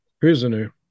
prisoner